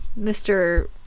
Mr